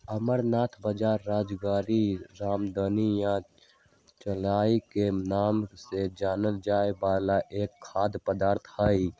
amaranth बाजरा, राजगीरा, रामदाना या चौलाई के नाम से जानल जाय वाला एक खाद्य पदार्थ हई